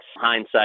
hindsight